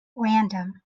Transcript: random